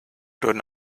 deuten